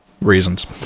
reasons